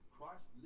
Christ